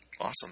Awesome